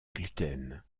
gluten